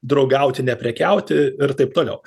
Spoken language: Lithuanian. draugauti ne prekiauti ir taip toliau